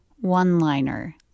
one-liner